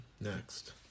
next